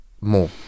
more